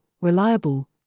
reliable